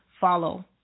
follow